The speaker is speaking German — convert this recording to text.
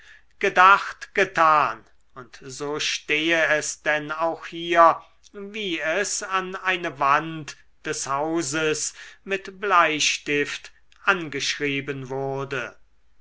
gedacht getan und so stehe es denn auch hier wie es an eine wand des hauses mit bleistift angeschrieben wurde